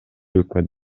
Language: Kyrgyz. өкмөт